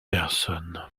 personne